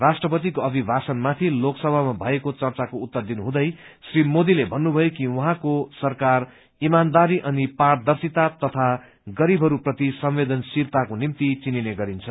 राष्ट्रपतिको अभिभाषणमागि लोकसभामा भएको चर्चाको उत्तर दिनुहुँदै श्री मोदीले भन्नुभयो कि उहाँको सरकार इमानदारी अनि पारदर्शिता तथा गरीबहरू प्रति संवेदनशीलताको निम्ति चिनिने गरिन्छ